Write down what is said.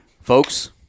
Folks